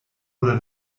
oder